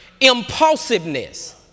Impulsiveness